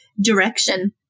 direction